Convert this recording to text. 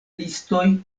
listoj